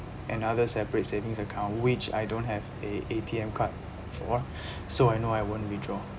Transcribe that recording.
another separate savings account which I don't have a A_T_M card for so I know I won't withdraw